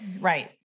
Right